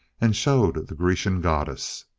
and showed the grecian goddess.